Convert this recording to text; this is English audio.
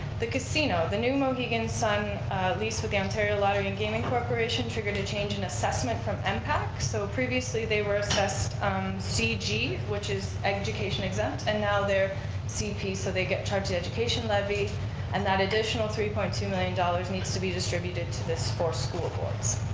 the casino, the mohegan sun lease with the ontario lottery and gaming corporation triggered a change in assessment from and mpac so previously they were assessed cg which is education exempt and now, they're cp so they get charged the education levy and that additional three point two million dollars needs to be distributed to the four school boards.